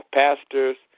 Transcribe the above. pastors